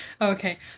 Okay